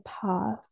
path